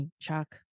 Chuck